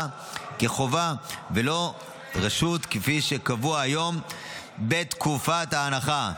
כחובה ולא כרשות כפי שקבוע היום בתקופת ההנחה.